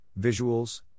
visuals